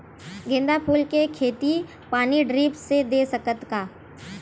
गेंदा फूल के खेती पानी ड्रिप से दे सकथ का?